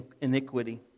iniquity